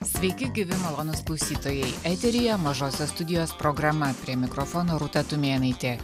sveiki gyvi malonūs klausytojai eteryje mažosios studijos programa prie mikrofono rūta tumėnaitė